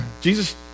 Jesus